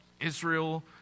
Israel